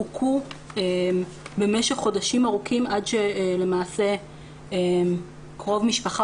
הוכו במשך חודשים ארוכים עד שלמעשה קרוב משפחה